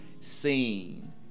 Seen